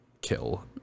kill